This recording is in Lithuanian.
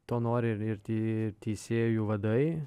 to nori ir ir tie ir teisėjų vadai